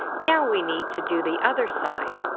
now we need to do the other side.